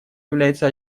является